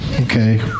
Okay